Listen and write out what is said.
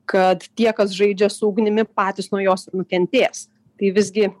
kad tie kas žaidžia su ugnimi patys nuo jos nukentės tai visgi